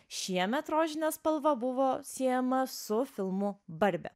šiemet rožinė spalva buvo siejama su filmu barbe